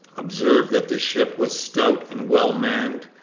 observed that the ship was stout and well manned,